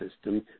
system